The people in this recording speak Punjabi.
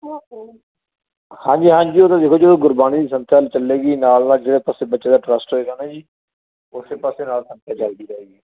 ਹਾਂਜੀ ਹਾਂਜੀ ਉਹ ਤਾਂ ਦੇਖੋ ਜਦੋਂ ਗੁਰਬਾਣੀ ਦੀ ਸੰਥਿਆ ਚੱਲੇਗੀ ਨਾਲ ਨਾਲ ਜਿਹੜੇ ਪਾਸੇ ਬੱਚੇ ਦਾ ਇੰਟਰਸਟ ਹੋਏਗਾ ਨਾ ਜੀ ਉਸੇ ਪਾਸੇ ਨਾਲ ਸੰਥਿਆ ਜਾਏਗੀ ਜਾਏਗੀ